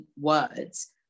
words